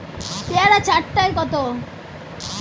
পেয়ারা চার টায় কত?